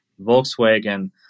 Volkswagen